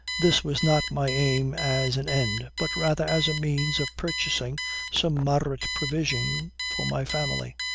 this was not my aim as an end, but rather as a means of purchasing some moderate provision for my family,